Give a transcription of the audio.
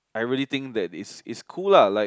I really think that is is cool lah like